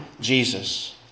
Jesus